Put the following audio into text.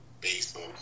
baseball